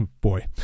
boy